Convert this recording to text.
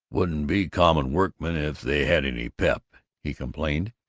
wouldn't be common workmen if they had any pep, he complained.